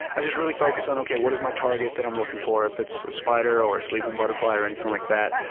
i just really focus on, okay, what is my target that i'm looking for, if it's a spider or sleeping butterfly or anything like that.